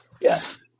Yes